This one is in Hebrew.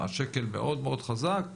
השקל מאוד מאוד חזק,